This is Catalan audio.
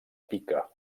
pica